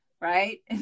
right